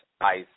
Ice